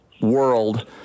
world